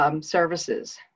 services